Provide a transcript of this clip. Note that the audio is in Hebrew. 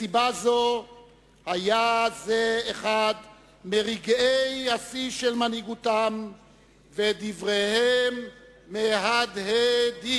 מסיבה זו היה זה אחד מרגעי השיא של מנהיגותם ודבריהם מהדהדים.